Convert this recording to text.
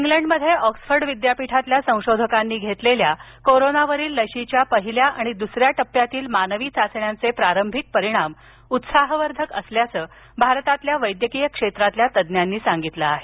इंग्लंडमध्ये ऑक्सफर्ड विद्यापीठातल्या संशोधकांनी घेतलेल्या कोरोनावरील लशीच्या पहिल्या आणि दुसऱ्या टप्प्यातील मानवी चाचण्यांचे प्रारंभिक परिणाम उत्साहवर्धक असल्याचं भारतातील वैद्यकीय क्षेत्रातील तज्ञांनी सांगितलं आहे